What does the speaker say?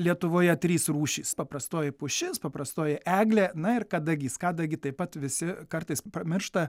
lietuvoje trys rūšys paprastoji pušis paprastoji eglė na ir kadagys kadagį taip pat visi kartais pamiršta